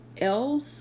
else